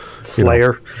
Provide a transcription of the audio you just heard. Slayer